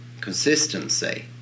consistency